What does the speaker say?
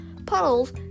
Puddles